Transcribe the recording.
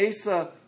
Asa